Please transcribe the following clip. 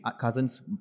cousin's